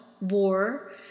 war